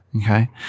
Okay